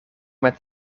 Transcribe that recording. bent